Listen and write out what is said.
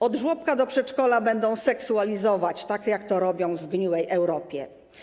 Od żłobka do przedszkola będą seksualizować, tak jak to robią w zgniłej Europie.